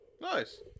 Nice